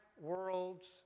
world's